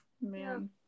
Man